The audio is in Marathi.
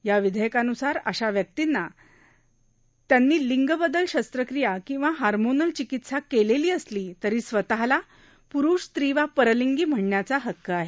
या विधेयकान्सार अशा व्यक्तींना त्यांनी लिंग बदल शस्त्रक्रिया किंवा हार्मोनल चिकित्सा केलेली असली तरी स्वतःला प्रूष स्त्री वा परलिंगी म्हणण्याचा हक्क आहे